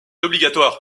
obligatoire